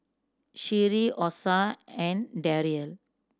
Sherie Osa and Derrell